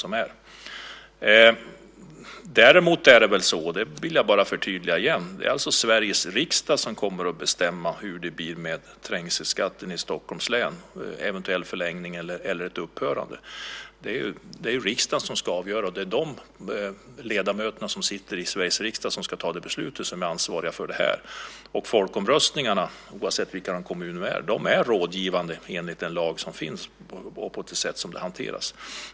Sedan är det så, det vill jag förtydliga igen, att det är Sveriges riksdag som kommer att bestämma hur det blir med trängselskatten i Stockholms län, en eventuell förlängning eller ett upphörande. Det är ju riksdagen som ska avgöra detta. Det är ledamöterna som sitter i Sveriges riksdag som ska fatta det beslutet, som är ansvariga för det. Folkomröstningarna, oavsett vilka kommuner det handlar om, är rådgivande enligt den lag som finns och med det sätt som det hanteras på.